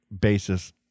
basis